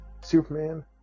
Superman